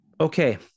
Okay